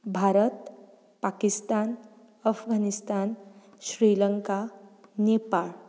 Bharat Pakistan Afghanistan Sri Lanka Nepal